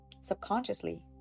subconsciously